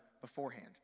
beforehand